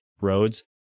roads